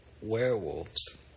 werewolves